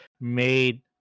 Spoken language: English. made